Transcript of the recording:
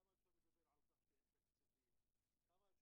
איפה 50 מיליון השקלים, גם אני מחפש.